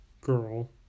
girl